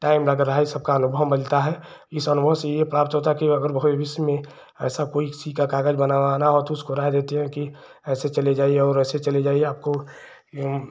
time लग रहा है इस सब का अनुभव मिलता है इस अनुभव से यह प्राप्त होता है कि अगर भविष्य में ऐसा कोई किसी को कागज बनवाना हो तो उसको राय देते हैं कि ऐसे चले जाइए और वैसे चले जाइए आपको